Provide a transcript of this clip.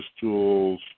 tools